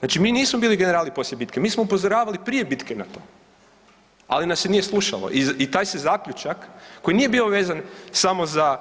Znači mi nismo bili generali poslije bitke, mi smo upozoravali prije bitke na to, ali nas se nije slušalo i taj se zaključak koji nije bio vezan samo za